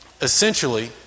Essentially